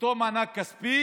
מאותו מענק כספי